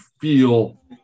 feel